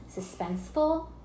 suspenseful